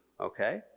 okay